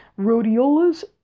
Rhodiola's